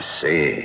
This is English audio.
see